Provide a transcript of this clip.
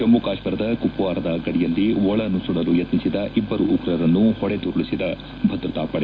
ಜಮ್ಮ ಕಾಶ್ಮೀರದ ಕುಪ್ವಾರದ ಗಡಿಯಲ್ಲಿ ಒಳನುಸುಳಲು ಯತ್ನಿಸಿದ ಇಬ್ಬರು ಉಗ್ರರನ್ನು ಹೊಡೆದುರುಳಿಸಿದ ಭದ್ರತಾ ಪಡೆ